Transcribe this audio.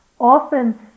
Often